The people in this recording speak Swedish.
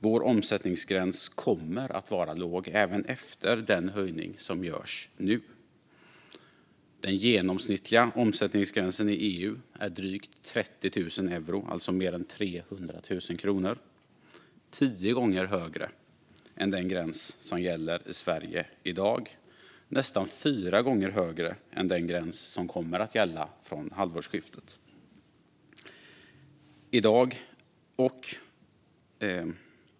Vår omsättningsgräns kommer att vara låg även efter den höjning som görs nu. Den genomsnittliga omsättningsgränsen i EU är drygt 30 000 euro, alltså mer än 300 000 kronor. Det är tio gånger högre än den gräns som gäller i Sverige i dag och nästan fyra gånger högre än den gräns som kommer att gälla från halvårsskiftet.